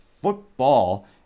football